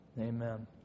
Amen